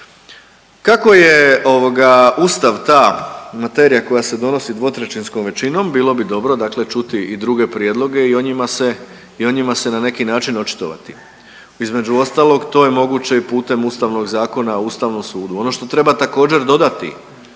ovoga, Ustav ta materija koja se donosi dvotrećinskom većinom, bilo bi dobro dakle čuti i druge prijedloge i o njima se na neki način očitovati. Između ostalog, to je moguće i putem Ustavnog zakona o Ustavnom sudu. Ono što treba također, dodati